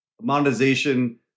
monetization